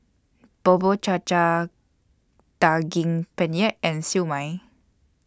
Bubur Cha Cha Daging Penyet and Siew Mai